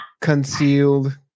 concealed